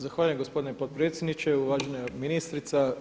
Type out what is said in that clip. Zahvaljujem gospodine potpredsjedniče, uvažena ministrica.